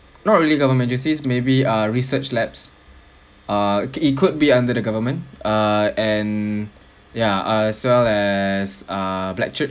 not really government agencies maybe uh research labs uh it could be under the government uh and yeah as well as uh lectu~